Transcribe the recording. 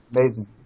Amazing